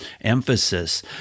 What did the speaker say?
emphasis